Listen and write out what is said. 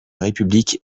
république